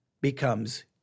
becomes